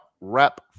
wrap